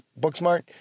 Booksmart